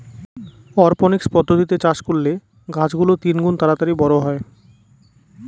অরপনিক্স পদ্ধতিতে চাষ করলে গাছ গুলো তিনগুন তাড়াতাড়ি বড়ো হয়